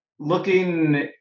looking